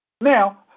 Now